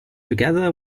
together